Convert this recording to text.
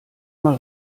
mal